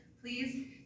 please